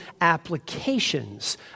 applications